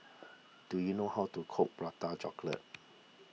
do you know how to cook Prata Chocolate